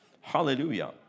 Hallelujah